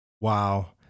Wow